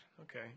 Okay